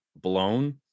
blown